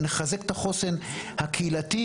נחזק את החוסן הקהילתי,